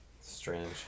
Strange